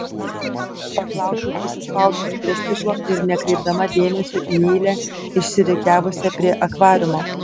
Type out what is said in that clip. paklausiau prisispaudusi prie stiklo ir nekreipdama dėmesio į eilę išsirikiavusią prie akvariumo